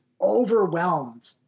overwhelmed